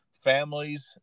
families